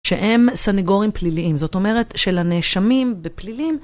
שהם סניגורים פליליים, זאת אומרת של הנאשמים בפלילים.